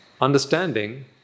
understanding